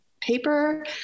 paper